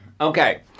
Okay